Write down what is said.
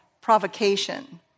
provocation